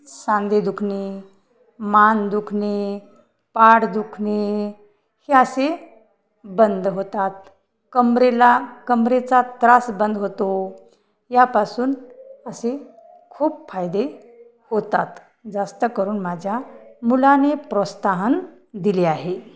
सांदे दुखणे मान दुखणे पाड दुखणे हे असे बंद होतात कंबरेला कंबरेचा त्रास बंद होतो यापासून असे खूप फायदे होतात जास्त करून माझ्या मुलाने प्रोत्साहन दिले आहे